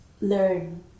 learn